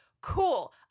cool